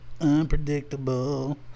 Unpredictable